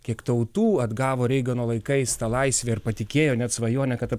kiek tautų atgavo reigano laikais tą laisvę ir patikėjo net svajonę kad